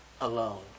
alone